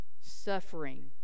Suffering